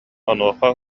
онуоха